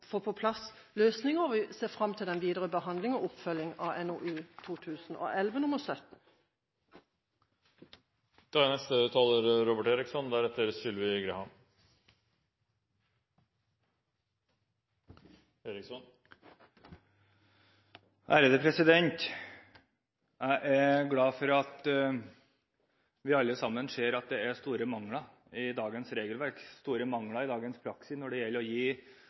få på plass løsninger, og vi ser fram til den videre behandlingen og oppfølgingen av NOU 2011:17. Jeg glad for at vi alle sammen ser at det er store mangler i dagens regelverk og praksis når det gjelder å